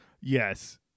Yes